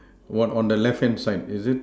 what on the left hand side is it